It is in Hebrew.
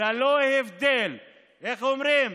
איך אומרים?